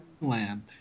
Land